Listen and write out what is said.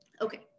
Okay